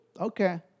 okay